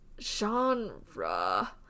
genre